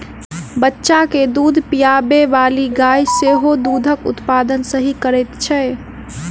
बच्चा के दूध पिआबैबाली गाय सेहो दूधक उत्पादन सही करैत छै